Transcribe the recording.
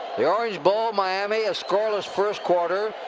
the orange bowl, miami. a scoreless first quarter.